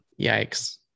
Yikes